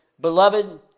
Beloved